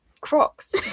crocs